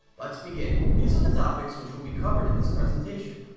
let's begin! these are the topics which will be covered in this presentation.